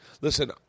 Listen